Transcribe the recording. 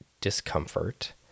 discomfort